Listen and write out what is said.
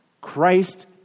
Christ